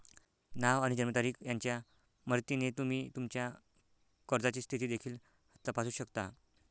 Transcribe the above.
नाव आणि जन्मतारीख यांच्या मदतीने तुम्ही तुमच्या कर्जाची स्थिती देखील तपासू शकता